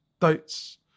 dates